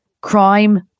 crime